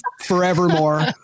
forevermore